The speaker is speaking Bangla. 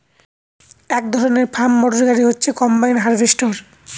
এক ধরনের ফার্ম মটর গাড়ি হচ্ছে কম্বাইন হার্ভেস্টর